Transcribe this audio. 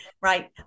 Right